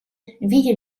віє